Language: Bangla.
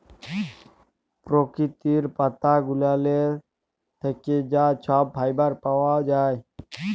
পরকিতির পাতা গুলালের থ্যাইকে যা ছব ফাইবার পাউয়া যায়